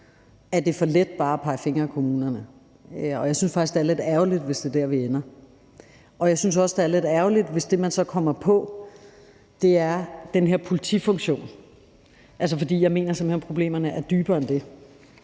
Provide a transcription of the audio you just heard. det er for let bare at pege fingre ad kommunerne, og jeg synes faktisk, det er lidt ærgerligt, hvis det er der, vi ender. Jeg synes også, det er lidt ærgerligt, hvis det, man så kommer frem til, er den her politifunktion, for jeg mener simpelt hen, at problemerne stikker dybere end det.